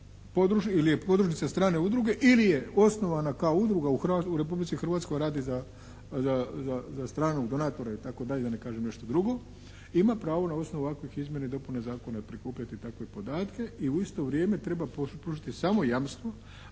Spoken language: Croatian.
ili je podružnica strane udruge ili je osnovana kao udruga u Republici Hrvatskoj a radi za stranog donatora itd. da ne kažem nešto drugo, ima pravo na osnovu ovakvih izmjena i dopuna zakona prikupljati takve podatke i u isto vrijeme treba pružiti samo jamstvo